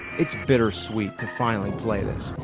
it's bittersweet to finally play this.